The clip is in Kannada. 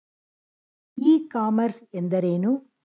ಇ ಕಾಮರ್ಸ್ ಎಂದರೇನು?